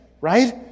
right